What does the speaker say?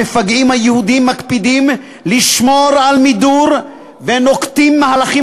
המפגעים היהודים מקפידים לשמור על מידור ונוקטים מהלכים